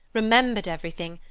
remembered everything,